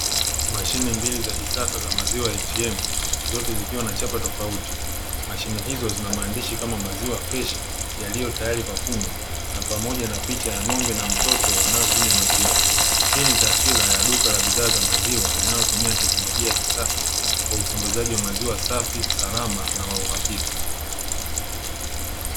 Mashine mbili za kisasa za maziwa, "ATM", zote zikiwa na chapa tofauti. Mashine hizo zina maandishi kama maziwa freshi yaliyo tayari kwa kunywa, na pamoja na picha ya ng'ombe na mtoto anayekunywa maziwa. Hii ni taswira ya duka la bidhaa za maziwa, linalotumia teknolojia ya kisasa, kwa usambazaji wa maziwa safi, salama na wa uhakika.